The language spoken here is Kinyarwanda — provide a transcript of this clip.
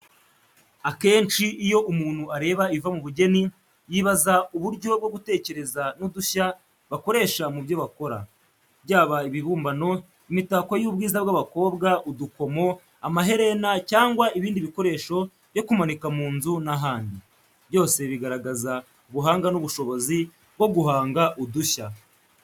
Akenshi iyo umuntu areba ibiva mu bugeni, yibaza uburyo bwo gutekereza n’udushya bakoresha mu byo bakora. Byaba ibibumbano, imitako y’ubwiza bw’abakobwa, udukomo, amaherena cyangwa ibindi bikoresho byo kumanika mu nzu n'ahandi, byose bigaragaza ubuhanga n’ubushobozi bwo guhanga udushya.